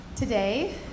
Today